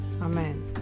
Amen